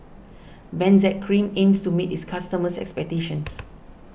Benzac Cream aims to meet its customers' expectations